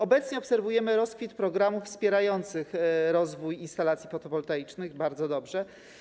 Obecnie obserwujemy rozkwit programów wspierających rozwój instalacji fotowoltaicznych - bardzo dobrze.